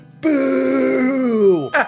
boo